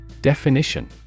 Definition